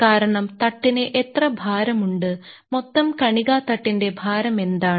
കാരണം തട്ടിന് എത്ര ഭാരം ഉണ്ട് മൊത്തം കണിക തട്ടിന്റെ ഭാരം എന്താണ്